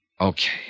Okay